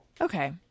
Okay